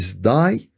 die